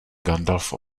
gandalf